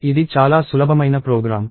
ఇది చాలా సులభమైన ప్రోగ్రామ్